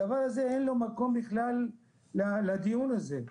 הדבר הזה, אין לו מקום בכלל לדיון הזה.